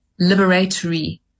liberatory